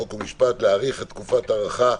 אני פותח את הישיבה.